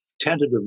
tentatively